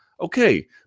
Okay